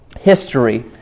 history